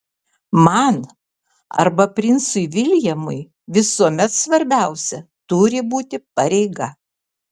man arba princui viljamui visuomet svarbiausia turi būti pareiga